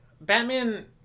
Batman